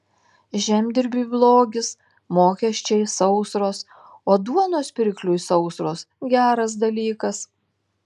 žemdirbiui blogis mokesčiai sausros o duonos pirkliui sausros geras dalykas